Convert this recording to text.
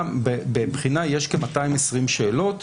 בבחינה יש כ-220 שאלות,